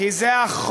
כתבת את לזה לבד?